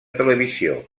televisió